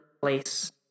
place